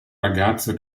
ragazza